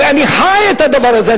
הרי אני חי את הדבר הזה,